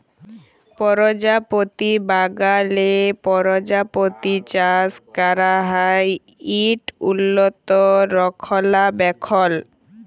পরজাপতি বাগালে পরজাপতি চাষ ক্যরা হ্যয় ইট উল্লত রখলাবেখল